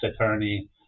attorney